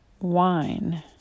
wine